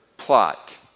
plot